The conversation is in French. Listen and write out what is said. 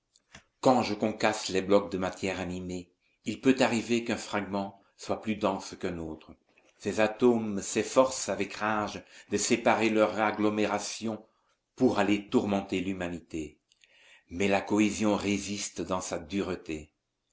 quand je concasse les blocs de matière animée il peut arriver qu'un fragment soit plus dense qu'un autre ses atomes s'efforcent avec rage de séparer leur agglomération pour aller tourmenter l'humanité mais la cohésion résiste dans sa dureté